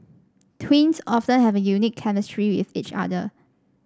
twins often have a unique chemistry with each other